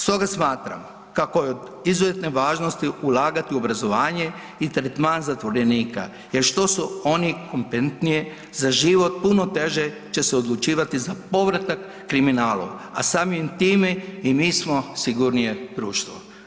Stoga smatram kako je od izuzetne važnosti ulagati u obrazovanje i tretman zatvorenika jer što su oni kompentnije za život puno teže će se odlučivati za povratak kriminalu, a samim time i mi smo sigurnije društvo.